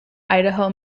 idaho